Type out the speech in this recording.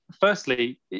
firstly